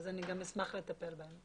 אני גם אשמח לטפל בהם.